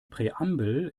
präambel